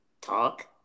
talk